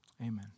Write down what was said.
amen